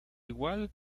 igual